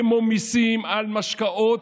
כמו מיסים על משקאות.